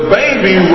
baby